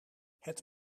het